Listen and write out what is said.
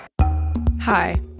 Hi